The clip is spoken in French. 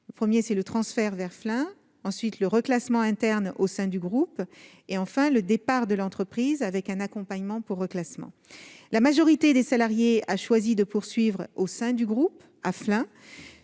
options : le transfert vers Flins, le reclassement interne au sein du groupe ou le départ de l'entreprise avec un accompagnement pour reclassement. La majorité des salariés a choisi de poursuivre au sein du groupe, à Flins.